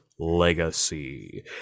Legacy